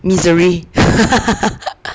misery